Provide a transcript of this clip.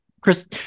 Chris